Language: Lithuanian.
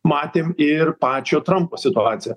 matėm ir pačio trampo situaciją